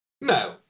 No